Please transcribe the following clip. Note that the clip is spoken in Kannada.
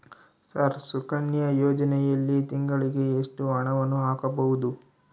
ಸರ್ ಸುಕನ್ಯಾ ಯೋಜನೆಯಲ್ಲಿ ತಿಂಗಳಿಗೆ ಎಷ್ಟು ಹಣವನ್ನು ಹಾಕಬಹುದು?